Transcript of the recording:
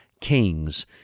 kings